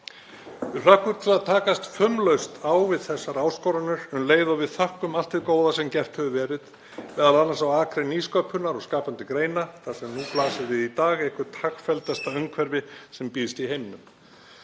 Við hlökkum til að takast fumlaust á við þessar áskoranir um leið og við þökkum allt hið góða sem gert hefur verið, m.a. á akri nýsköpunar og skapandi greina þar sem nú blasir við í dag eitthvert hagfelldasta umhverfi sem býðst í heiminum.